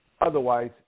Otherwise